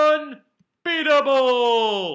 Unbeatable